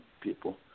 people